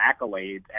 accolades